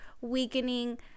weakening